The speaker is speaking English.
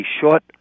short